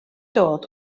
dod